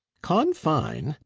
confine!